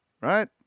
right